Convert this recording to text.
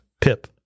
Pip